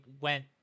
went